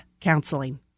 counseling